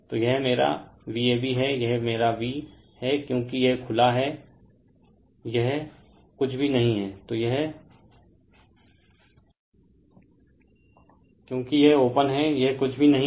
तो यह मेरा VAB है यह मेरा v रेफेर टाइम 34 29 है क्योंकि यह ओपन है यह कुछ भी नहीं है